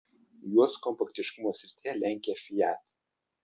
juos kompaktiškumo srityje lenkia fiat